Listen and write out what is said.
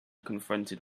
confronted